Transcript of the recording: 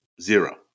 Zero